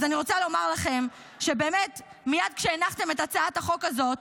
אז אני רוצה לומר: מייד כשהנחתם את הצעת החוק הזאת,